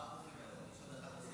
יש לנו ארבעה חוקים.